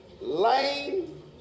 Lame